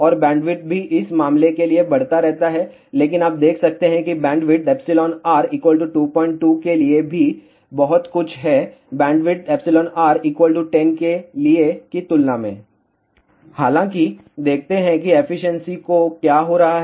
और बैंडविड्थ भी इस मामले के लिए बढ़ता रहता है लेकिन आप देख सकते है कि बैंडविड्थ εr 22 के लिए भी बहुत कुछ हैं बैंडविड्थ εr 10 के लिए की तुलना में हालांकिदेखते हैं कि एफिशिएंसी को क्या हो रहा है है